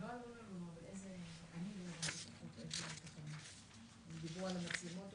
גברתי, אני אשמח לקבל עדכון, מה עמדתכם בנוגע